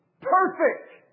Perfect